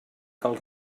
cal